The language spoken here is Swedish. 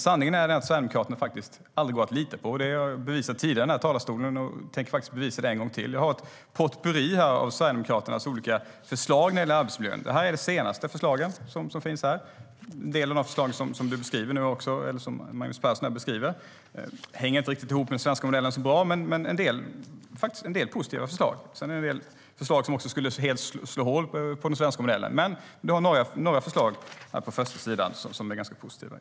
Sanningen är den att Sverigedemokraterna aldrig går att lita på. Det har jag bevisat tidigare här i talarstolen, och jag tänker bevisa det en gång till. Jag har här ett potpurri av Sverigedemokraternas olika förslag när det gäller arbetsmiljön. Det är de senaste förslagen som finns här. Det är en del av de förslag som Magnus Persson här beskriver. De hänger inte riktigt så bra ihop med den svenska modellen. Men det finns en del positiva förslag. Sedan är det en del förslag som helt skulle slå hål på den svenska modellen. Men det finns några förslag på första sidan som är ganska positiva.